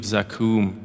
Zakum